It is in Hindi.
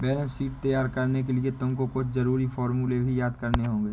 बैलेंस शीट तैयार करने के लिए तुमको कुछ जरूरी फॉर्मूले भी याद करने होंगे